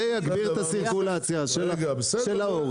זה יגביר את הסירקולציה של העורף,